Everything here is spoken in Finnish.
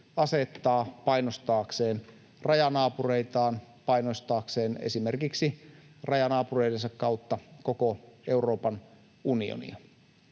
asettaa painostaakseen rajanaapureitaan, painostaakseen esimerkiksi rajanaapureidensa kautta koko Euroopan unionia.